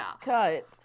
cut